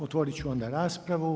Otvorit ću onda raspravu.